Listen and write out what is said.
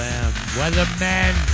Weathermen